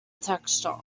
texture